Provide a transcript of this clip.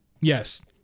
Yes